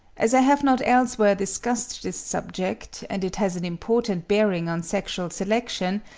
as i have not elsewhere discussed this subject, and it has an important bearing on sexual selection,